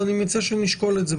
אז אני מציע שנשקול את זה.